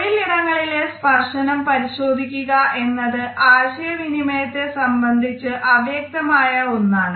തൊഴിൽ ഇടങ്ങളിലെ സ്പർശനം പരിശോധിക്കുക എന്നത് ആശയ വിനിമയത്തെ സംബന്ധിച്ച് അവ്യക്തമായ ഒന്നാണ്